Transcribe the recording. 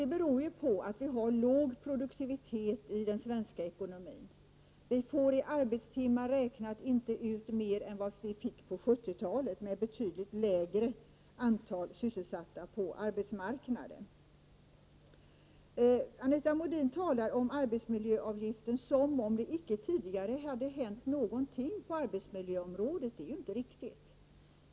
Det beror ju på att vi har låg produktivitet i den svenska ekonomin. Vi får i arbetstimmar räknat inte ut mer än vad vi fick på 70-talet med betydligt lägre antal sysselsatta på arbetsmarknaden. Anita Modin talar om arbetsmiljöavgiften som om det icke tidigare hade hänt någonting på arbetsmiljöområdet, och det är ju inte riktigt.